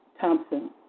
Thompson